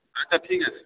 আচ্ছা ঠিক আছে